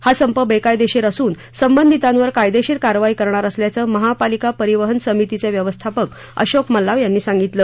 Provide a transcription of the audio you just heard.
हा संप बेकायदेशीर असून संबंधितांवर कायदेशीर कारवाई करणार असल्याचं महापालिका परिवहन समितीचे व्यवस्थापक अशोक मल्लाव यांनी सांगितलं